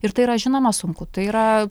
ir tai yra žinoma sunku tai yra